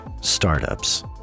startups